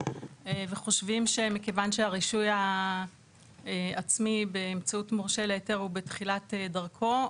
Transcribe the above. וחושבים שכיון שהרישוי העצמי באמצעות מורשה להיתר הוא בתחילת דרכו,